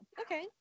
Okay